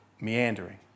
meandering